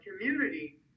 community